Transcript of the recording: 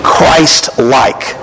Christ-like